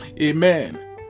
Amen